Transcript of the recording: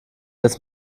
jetzt